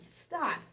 stop